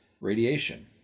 radiation